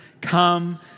come